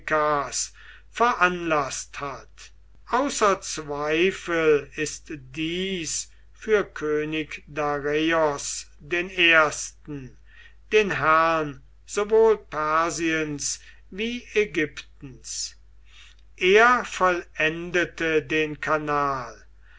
veranlaßt hat außer zweifel ist dies für könig dareios i den herrn sowohl persiens wie ägyptens er vollendete den kanal